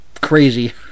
crazy